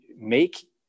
make